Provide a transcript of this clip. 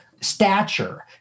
stature